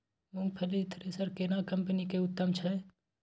मूंगफली थ्रेसर केना कम्पनी के उत्तम छै?